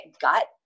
gut